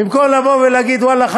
במקום לבוא ולהגיד: ואללה,